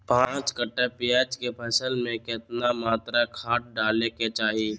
पांच कट्ठा प्याज के फसल में कितना मात्रा में खाद डाले के चाही?